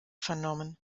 vernommen